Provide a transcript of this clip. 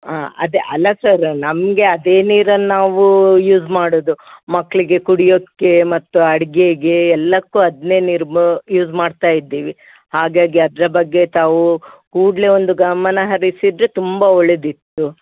ಹಾಂ ಅದೆ ಅಲ್ಲ ಸರ್ ನಮಗೆ ಅದೇ ನೀರನ್ನು ನಾವು ಯೂಸ್ ಮಾಡುದು ಮಕ್ಕಳಿಗೆ ಕುಡಿಯೋದಕ್ಕೆ ಮತ್ತು ಅಡುಗೆಗೆ ಎಲ್ಲದಕ್ಕೂ ಅದನ್ನೇ ನೀರು ಮ ಯೂಸ್ ಮಾಡ್ತಾ ಇದ್ದೀವಿ ಹಾಗಾಗಿ ಅದರ ಬಗ್ಗೆ ತಾವು ಕೂಡಲೆ ಒಂದು ಗಮನ ಹರಿಸಿದರೆ ತುಂಬ ಒಳ್ಳೆಯದಿತ್ತು